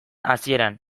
hasieran